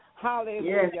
Hallelujah